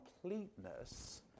completeness